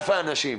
אלפי אנשים,